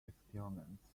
experiments